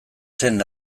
zen